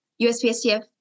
USPSTF